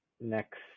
next